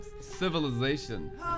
civilization